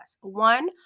One